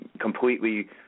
completely